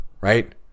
Right